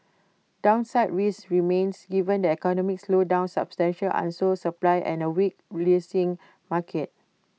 downside risks remain given the economic slowdown substantial unsold supply and A weak leasing market